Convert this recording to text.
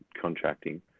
contracting